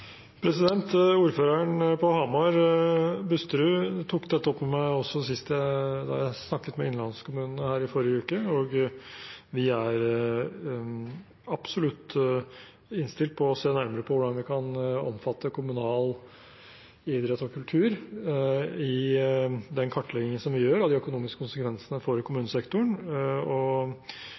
Ordføreren i Hamar, Busterud, tok også dette opp med meg da jeg snakket med innlandskommunene forrige uke. Vi er absolutt innstilt på å se nærmere på hvordan vi kan omfatte kommunal idrett og kultur i den kartleggingen vi gjør av de økonomiske konsekvensene for kommunesektoren.